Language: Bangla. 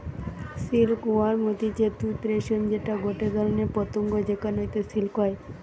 সিল্ক ওয়ার্ম হতিছে তুত রেশম যেটা গটে ধরণের পতঙ্গ যেখান হইতে সিল্ক হয়